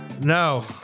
No